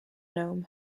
gnome